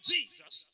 Jesus